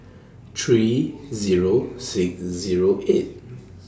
three Zero six Zero eight